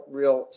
real